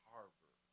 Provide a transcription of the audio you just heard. Harbor